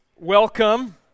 Welcome